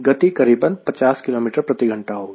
गति करीबन 50 किलोमीटर प्रति घंटा होगी